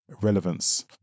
relevance